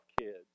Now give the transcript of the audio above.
kids